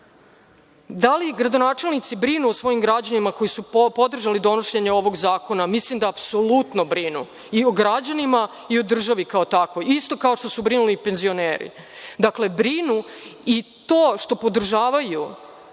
li gradonačelnici brinu o svojim građanima koji su podržali donošenje ovog zakona? Mislim da apsolutno brinu i o građanima i o državi kao takvoj, isto tako što su brinuli penzioneri. Dakle, brinu, i to što podržavaju